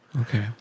okay